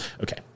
Okay